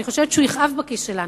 אני חושבת שהוא יכאב בכיס שלנו,